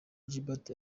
gilbert